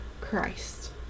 Christ